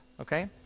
okay